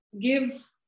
give